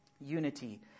unity